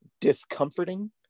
discomforting